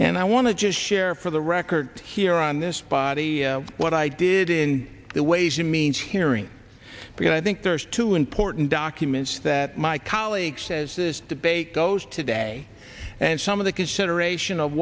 and i want to just share for the record here on this body what i did in the ways and means hearing because i think there are two important documents that my colleague says this debate goes today and some of the consideration of